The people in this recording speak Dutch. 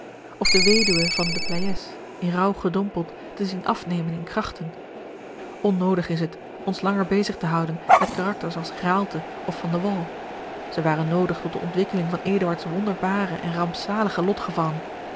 of de weduwe van de pleyes in rouw gedompeld te zien afnemen in krachten onnoodig is het ons langer bezig te houden met karakters als raalte of van de wall zij waren noodig tot de ontwikkeling van eduards wonderbare en rampzalige